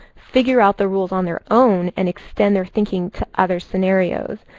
figure out the rules on their own, and extend their thinking to other scenarios.